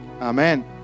amen